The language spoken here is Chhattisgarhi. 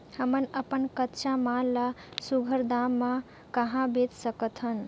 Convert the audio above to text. हमन अपन कच्चा माल ल सुघ्घर दाम म कहा बेच सकथन?